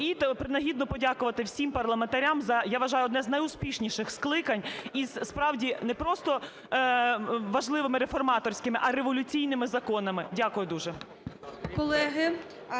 І принагідно подякувати всім парламентарям, за, я вважаю, за одне із найуспішніших скликань, із справді не просто важливими реформаторськими, а революційними законами. Дякую дуже.